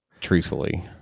truthfully